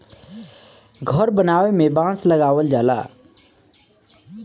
घर बनावे में बांस लगावल जाला